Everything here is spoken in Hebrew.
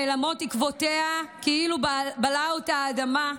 נעלמים עקבותיה כאילו בלעה אותו האדמה.